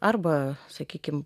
arba sakykim